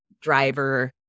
driver